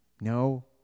no